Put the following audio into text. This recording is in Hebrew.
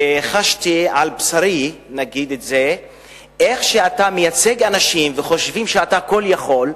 וחשתי על בשרי איך שאתה מייצג אנשים וחושבים שאתה כול יכול,